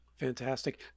Fantastic